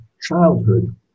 childhood